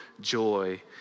joy